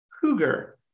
cougar